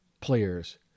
players